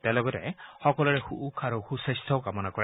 তেওঁ লগতে সকলোৰে সুখ আৰু সু স্বাস্থ্য কামনা কৰে